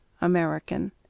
American